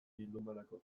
bildumarako